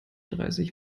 dreißig